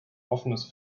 offenes